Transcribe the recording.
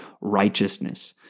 righteousness